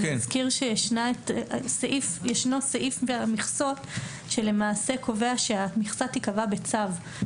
אני אזכיר שיש סעיף במכסות שלמעשה קובע שהמכסה תיקבע בצו.